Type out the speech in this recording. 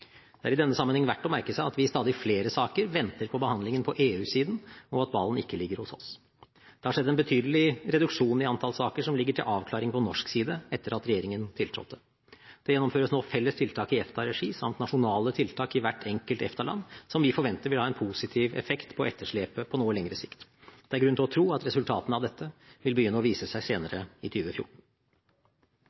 Det er i denne sammenheng verdt å merke seg at vi i stadig flere saker venter på behandlingen på EU-siden, og at ballen ikke ligger hos oss. Det har skjedd en betydelig reduksjon i antall saker som ligger til avklaring på norsk side, etter at regjeringen tiltrådte. Det gjennomføres nå felles tiltak i EFTA-regi samt nasjonale tiltak i hvert enkelt EFTA-land, som vi forventer vil ha en positiv effekt på etterslepet på noe lengre sikt. Det er grunn til å tro at resultatene av dette vil begynne å vise seg senere i